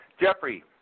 Jeffrey